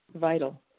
vital